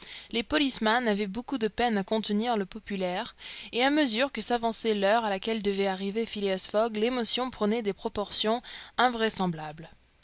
les policemen avaient beaucoup de peine à contenir le populaire et à mesure que s'avançait l'heure à laquelle devait arriver phileas fogg l'émotion prenait des proportions invraisemblables